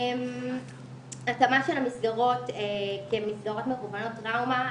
התאמה של המסגרות כמסגרות מוכוונות טראומה.